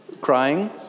crying